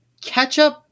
Ketchup